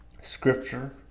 Scripture